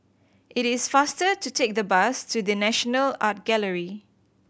it is faster to take the bus to The National Art Gallery